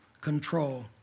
control